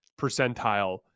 percentile